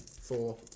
Four